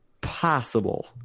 possible